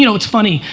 you know it's funny,